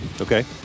Okay